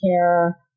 care